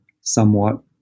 somewhat